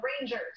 Rangers